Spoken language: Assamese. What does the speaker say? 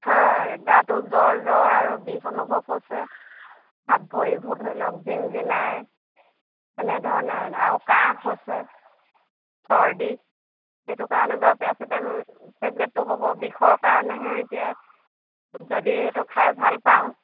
হয় গাটো জ্বৰ জ্বৰ আৰু বিষ অনুভৱ হৈছে হাত ভৰিবোৰ ধৰি লওক জিনজিনায় এনেধৰণে আৰু কাহ হৈছে চৰ্দি সেইটো কাৰণে বাৰু পেৰাচিটোমোল টেবলেটটো হ'ব বিষৰ কাৰণেহে এতিয়া যদি এইটো খাই ভাল পাওঁ